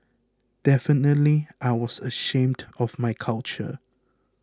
definitely I was ashamed of my culture